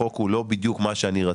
החוק הוא לא בדיוק מה שאני רציתי.